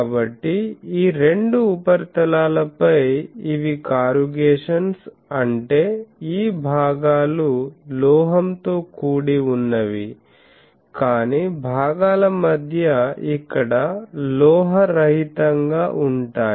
కాబట్టి ఈ రెండు ఉపరితలాలపై ఇవి కారుగేషన్స్ అంటే ఈ భాగాలు లోహం తో కూడి ఉన్నవి కానీ భాగాల మధ్య ఇక్కడ లోహరహితంగా ఉంటాయి